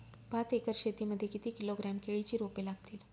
पाच एकर शेती मध्ये किती किलोग्रॅम केळीची रोपे लागतील?